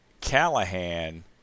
Callahan